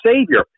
Savior